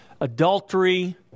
adultery